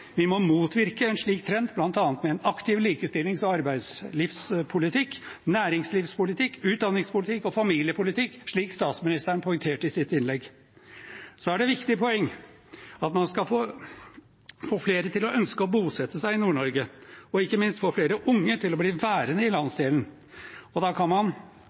Vi må motvirke en slik trend, bl.a. med en aktiv likestillings- og arbeidslivspolitikk, næringslivspolitikk, utdanningspolitikk og familiepolitikk, slik statsministeren poengterte i sitt innlegg. Så er det et viktig poeng at man skal få flere til å ønske å bosette seg i Nord-Norge og ikke minst få flere unge til å bli værende i landsdelen. Da kan